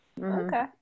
Okay